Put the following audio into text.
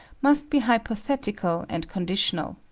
must be hypothetical and conditional.